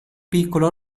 piccolo